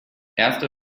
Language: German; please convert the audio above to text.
erster